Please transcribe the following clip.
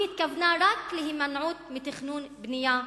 היא התכוונה רק להימנעות מתכנון בנייה נוספת.